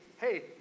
hey